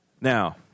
Now